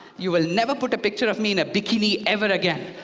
you will never put a picture of me in a bikini ever again.